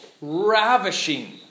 ravishing